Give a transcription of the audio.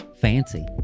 Fancy